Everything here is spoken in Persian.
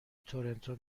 تورنتو